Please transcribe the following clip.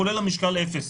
כולל משקל אפס,